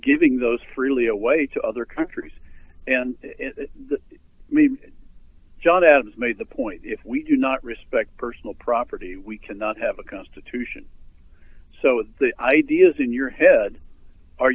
giving those freely away to other countries and john adams made the point if we do not respect personal property we cannot have a constitution so the ideas in your head are